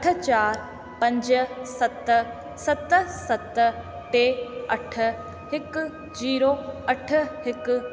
अठ चार पंज सत सत सत टे अठ हिकु जीरो अठ हिकु